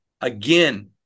again